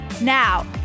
Now